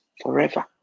forever